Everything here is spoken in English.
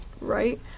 right